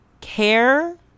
care